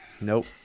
Nope